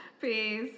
Peace